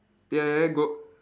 ya ya ya go